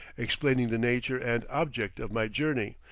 explaining the nature and object of my journey,